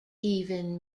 even